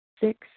Six